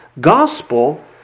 gospel